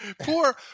Poor